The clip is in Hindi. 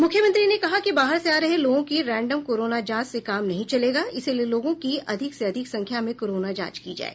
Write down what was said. मुख्यमंत्री ने कहा कि बाहर से आ रहे लोगों की रैंडम कोरोना जांच से काम नहीं चलेगा इसलिए लोगों की अधिक से अधिक संख्या में कोरोना जांच की जाये